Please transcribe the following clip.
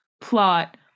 plot